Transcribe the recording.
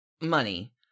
money